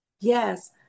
Yes